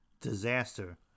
disaster